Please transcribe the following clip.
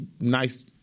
nice